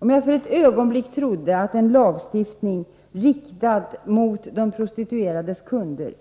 Om jag för ett ögonblick trodde att en lagstiftning riktad mot de prostituerades kunder